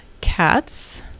cats